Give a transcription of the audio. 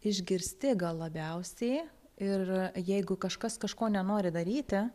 išgirsti gal labiausiai ir jeigu kažkas kažko nenori daryti